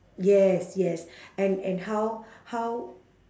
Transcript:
yes yes and and how how